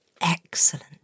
Excellent